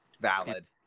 valid